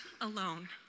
alone